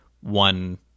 one